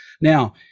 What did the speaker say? Now